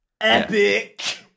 Epic